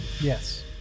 Yes